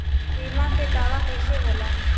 बीमा के दावा कईसे होला?